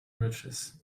riches